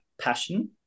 passion